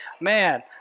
man